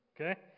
Okay